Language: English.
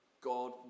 God